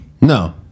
No